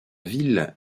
ville